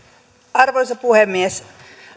arvoisa puhemies